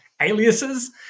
aliases